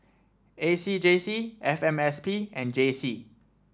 A C J C F M S P and J C